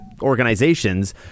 organizations